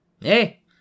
Hey